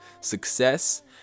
Success